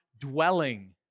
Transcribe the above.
dwelling